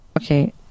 Okay